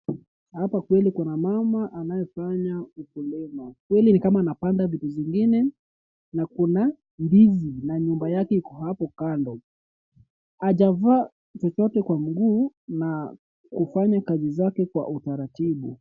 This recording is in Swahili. Hapakweli kuna mama anayefanya ukulima. Hili ni kama anapanda vitu zingine na ndizi na nyumba yake iko hapo kando. Hajavaa chochote kwa mguu na hufanya kazi zake kwa utaratibu.